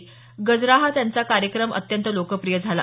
गजरा हा त्यांचा कार्यक्रम अत्यंत लोकप्रिय झाला